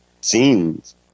scenes